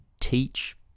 teach